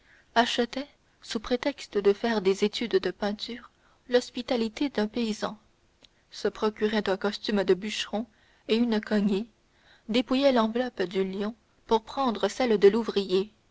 achetait sous prétexte de faire des études de peinture l'hospitalité d'un paysan se procurait un costume de bûcheron et une cognée dépouillait l'enveloppe du lion pour prendre celle de l'ouvrier